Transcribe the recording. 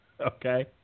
Okay